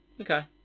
Okay